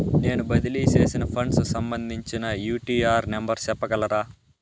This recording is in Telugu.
నేను బదిలీ సేసిన ఫండ్స్ సంబంధించిన యూ.టీ.ఆర్ నెంబర్ సెప్పగలరా